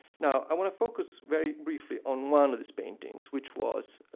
now, i want to focus very briefly on one of these paintings, which was,